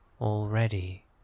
already